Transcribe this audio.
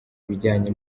ibijyanye